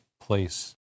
place